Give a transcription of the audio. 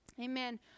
Amen